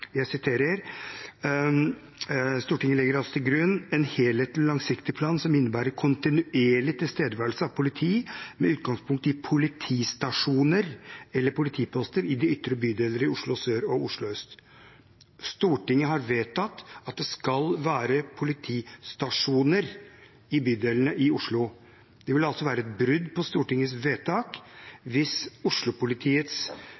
Stortinget legger altså til grunn «en helhetlig og langsiktig plan som innebærer kontinuerlig tilstedeværelse av politi med utgangspunkt i politistasjoner eller politiposter i de ytre bydeler i Oslo Sør og Oslo Øst». Stortinget har vedtatt at det skal være politistasjoner i bydelene i Oslo. Det vil altså være et brudd på Stortingets